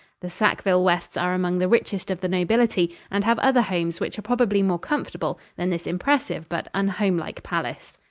the sackville-wests are among the richest of the nobility and have other homes which are probably more comfortable than this impressive but unhomelike palace.